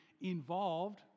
involved